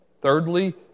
Thirdly